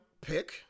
pick